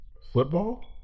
Football